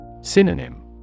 Synonym